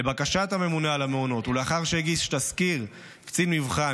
לבקשת הממונה על המעונות ולאחר שהגיש תסקיר קצין מבחן,